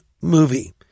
movie